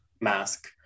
mask